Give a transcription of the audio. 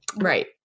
Right